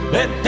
Let